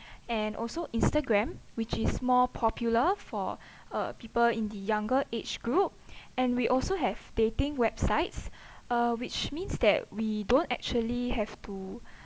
and also instagram which is more popular for uh people in the younger age group and we also have dating websites uh which means that we don't actually have to